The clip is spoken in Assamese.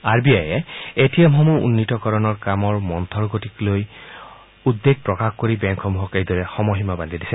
আৰ বি আয়ে এটিএমসমূহ উন্নীতকৰণৰ কামৰ মন্থৰ গতিক লৈ উদ্বেগ প্ৰকাশ কৰি বেংকসমূহক এইদৰে সময়সীমা বান্ধি দিছে